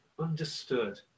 understood